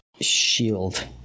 shield